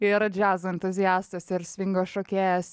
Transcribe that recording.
ir džiazo entuziastas ir svingo šokėjas